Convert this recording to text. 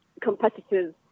competitors